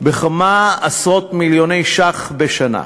בכמה עשרות מיליוני ש"ח בשנה.